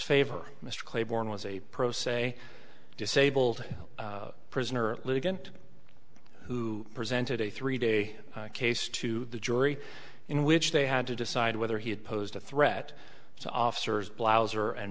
favor mr claiborne was a pro se disabled prisoner litigant who presented a three day case to the jury in which they had to decide whether he had posed a threat to officers